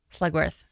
Slugworth